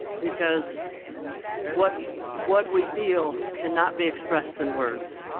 because what what we feel can not be expressed in words.